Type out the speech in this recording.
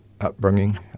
upbringing